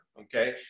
Okay